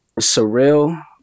surreal